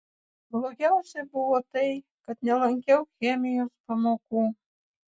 blogiausia buvo tai kad nelankiau chemijos pamokų